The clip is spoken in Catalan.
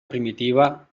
primitiva